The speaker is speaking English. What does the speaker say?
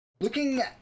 Looking